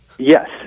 Yes